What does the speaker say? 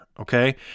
Okay